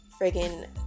friggin